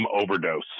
overdose